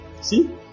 see